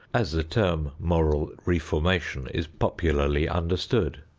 as the term moral reformation is popularly understood.